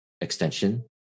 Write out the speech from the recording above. extension